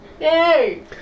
Yay